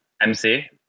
MC